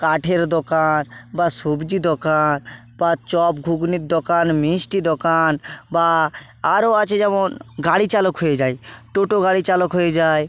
কাঠের দোকান বা সবজি দোকান বা চপ ঘুগনির দোকান মিষ্টি দোকান বা আরও আছে যেমন গাড়িচালক হয়ে যায় টোটো গাড়ি চালক হয়ে যায়